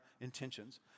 intentions